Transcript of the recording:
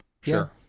Sure